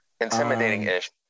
Intimidating-ish